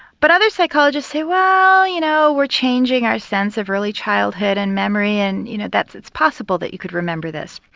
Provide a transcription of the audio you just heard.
but other psychologists say well, you know, we're changing our sense of early childhood and memory and you know that's possible that you could remember this.